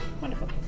Wonderful